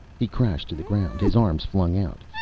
he crashed to the ground, his arms flung out.